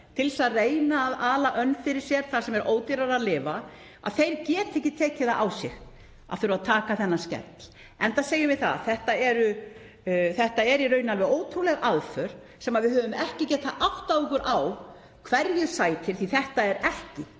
til að reyna að ala önn fyrir sér þar sem er ódýrara að lifa, að þeir geta ekki tekið það á sig að þurfa að taka þennan skell, enda segjum við að þetta sé í raun alveg ótrúleg aðför sem við höfum ekki getað áttað okkur á hverju sæti, því þetta er ekki